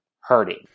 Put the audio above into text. hurting